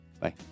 Bye